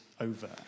over